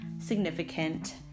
significant